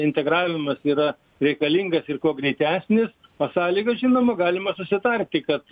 integravimas yra reikalingas ir kuo greitesnis o sąlygos žinoma galima susitarti kad